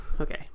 okay